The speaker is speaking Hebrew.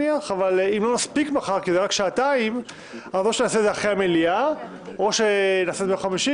ואם לא נספיק - או נעשה את זה אחרי המליאה או ביום חמישי.